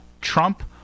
Trump